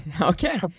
Okay